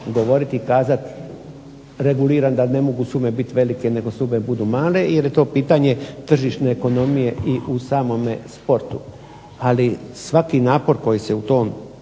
govoriti i kazati, regulirati da ne mogu sume biti velike nego sume budu male jer je to pitanje tržišne ekonomije i u samome sportu. Ali, svaki napor koji se u tom